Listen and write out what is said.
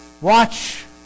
Watch